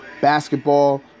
Basketball